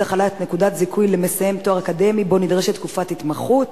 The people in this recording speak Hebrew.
החלת נקודת זיכוי למסיים תואר אקדמי שנדרשת בו תקופת התמחות),